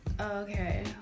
Okay